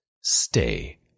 stay